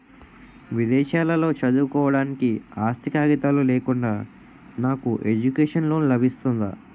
విదేశాలలో చదువుకోవడానికి ఆస్తి కాగితాలు లేకుండా నాకు ఎడ్యుకేషన్ లోన్ లబిస్తుందా?